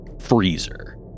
freezer